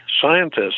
scientists